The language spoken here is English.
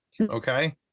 Okay